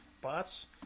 bots